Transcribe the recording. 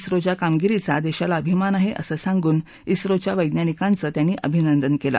झोच्या कामगिरीचा देशाला अभिमान आहे असं सांगून झोच्या वैज्ञानिकांचं अभिनंदन केलं